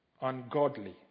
ungodly